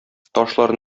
ташлар